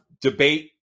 debate